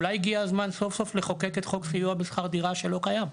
אולי הגיע הזמן סוף סוף לחוקק את החוק של סיוע בשכר דירה שלא קיים.